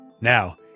Now